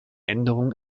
änderungen